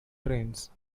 trains